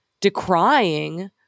decrying